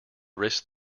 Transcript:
risk